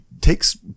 takes